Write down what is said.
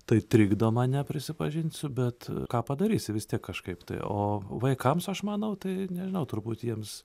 tai trikdo mane prisipažinsiu bet ką padarysi vis tiek kažkaip tai o vaikams aš manau tai nežinau turbūt jiems